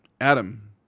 Adam